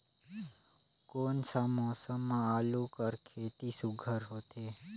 कोन सा मौसम म आलू कर खेती सुघ्घर होथे?